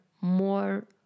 more